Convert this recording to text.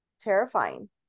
terrifying